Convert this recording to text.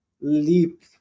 leap